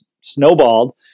snowballed